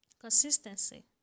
consistency